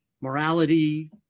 morality